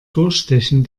durchstechen